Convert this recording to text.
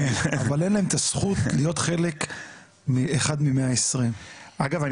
אבל אין להם את הזכות להיות חלק מ- אחד מ- 120. אגב אני